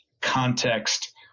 context